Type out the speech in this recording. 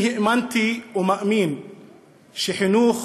האמנתי ואני מאמין שחינוך